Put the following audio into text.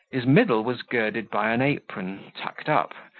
his middle was girded by an apron, tucked up,